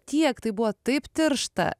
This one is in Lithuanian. tiek tai buvo taip tiršta